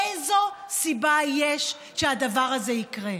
איזו סיבה יש שהדבר הזה יקרה?